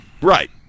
Right